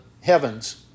heavens